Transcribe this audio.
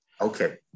Okay